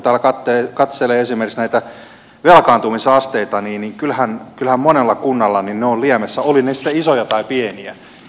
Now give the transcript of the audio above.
kun täältä katselee esimerkiksi näitä velkaantumisasteita niin kyllähän monet kunnat ovat liemessä olivat ne sitten isoja tai pieniä